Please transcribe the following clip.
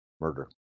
murder